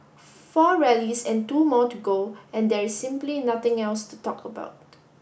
four rallies and two more to go and there is simply nothing else to talk about